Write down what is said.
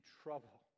trouble